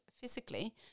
physically